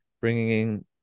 bringing